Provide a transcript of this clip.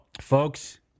Folks